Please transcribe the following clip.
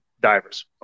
divers